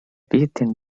beaten